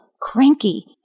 cranky